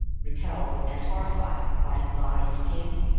repelled and horrified by his lhari skin,